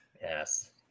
Yes